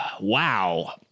Wow